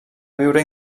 viure